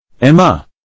Emma